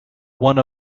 one